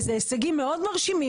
וזה הישגים מאוד מרשימים,